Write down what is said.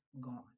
gone